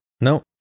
No